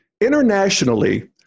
Internationally